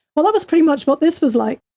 well, that was pretty much what this was like.